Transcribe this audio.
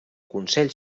consell